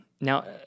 Now